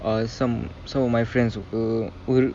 uh some some of my friends were cold